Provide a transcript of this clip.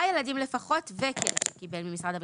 ילדים לפחות וכלב שקיבל ממשרד הביטחון.